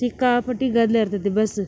ಸಿಕ್ಕಾಪಟ್ಟಿ ಗದ್ಲ ಇರ್ತತಿ ಬಸ್ಸ